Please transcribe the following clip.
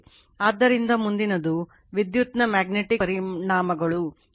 ಆದ್ದರಿಂದ ಮುಂದಿನದು ವಿದ್ಯುತ್ ನ ಮಗ್ನೇಟಿಕ್ ಪರಿಣಾಮಗಳು